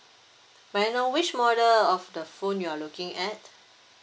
may I know which model of the phone you are looking at